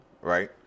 Right